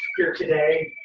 here today.